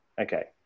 okay